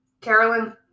Carolyn